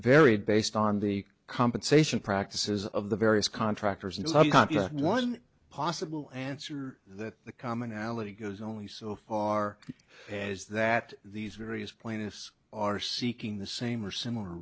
varied based on the compensation practices of the various contractors and one possible answer that the commonality goes only so far as that these various plaintiffs are seeking the same or similar